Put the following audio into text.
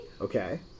okay